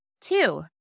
Two